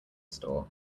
store